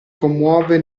commuove